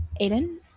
Aiden